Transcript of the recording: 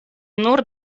nur